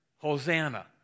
Hosanna